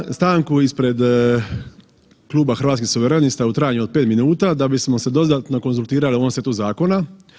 Tražim stanku ispred Kluba hrvatskih suverenista u trajanju od 5 minuta da bismo se dodatno konzultirali o ovom setu zakonu.